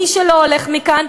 מי שלא הולך מכאן,